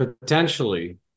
potentially